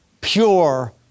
pure